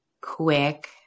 quick